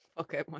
Okay